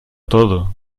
todo